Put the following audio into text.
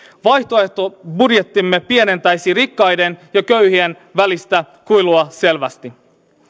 vaihtoehtobudjettimme pienentäisi rikkaiden ja köyhien välistä kuilua selvästi